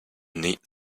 neat